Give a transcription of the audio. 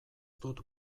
dut